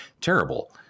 terrible